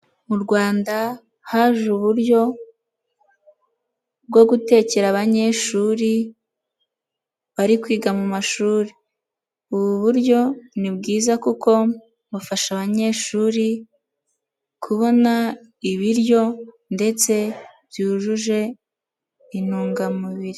Mu Rwanda haje uburyo bwo gutekera abanyeshuri bari kwiga mu mashuri, ubu buryo ni bwiza kuko wafasha abanyeshuri kubona ibiryo ndetse byujuje intungamubiri.